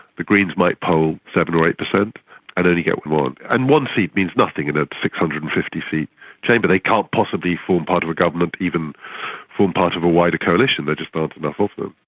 the greens might poll seven percent or eight percent and only get one, and one seat means nothing in a six hundred and fifty seat chamber. they can't possibly form part of a government, even form part of a wider coalition, there just aren't enough of them.